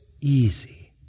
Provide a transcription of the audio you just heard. easy